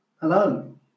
Hello